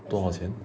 多少钱